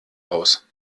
aus